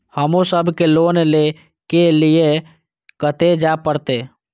हमू सब के लोन ले के लीऐ कते जा परतें?